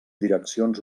direccions